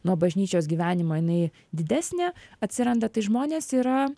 nuo bažnyčios gyvenimo jinai didesnė atsiranda tai žmonės yra